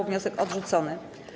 Wniosek odrzucony.